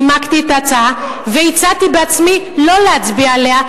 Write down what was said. נימקתי את ההצעה והצעתי בעצמי לא להצביע עליה,